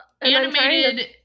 Animated